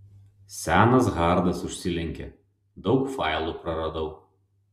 senas hardas užsilenkė daug failų praradau